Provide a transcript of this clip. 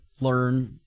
learn